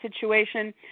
situation